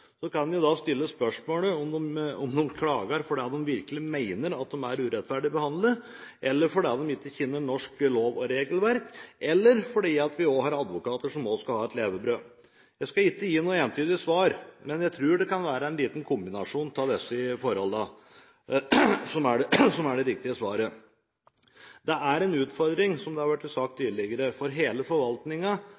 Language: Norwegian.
Så kan en da stille spørsmålet om de klager fordi de virkelig mener at de er urettferdig behandlet, fordi de ikke kjenner norsk lov og regelverk, eller fordi vi har advokater som også skal ha et levebrød. Jeg skal ikke gi noe entydig svar, men jeg tror det kan være en kombinasjon av disse forholdene som er det riktige svaret. Det er, som det har blitt sagt